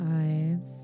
eyes